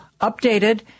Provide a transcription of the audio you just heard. updated